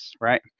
right